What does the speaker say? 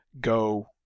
go